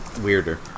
weirder